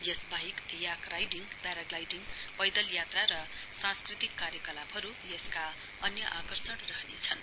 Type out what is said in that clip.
यसबाहेक yak riding paragliding पैदलयात्रा र सांस्कृतिक कार्यकलापहरू यसका अन्य आकर्षण रहनेछन्